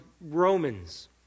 Romans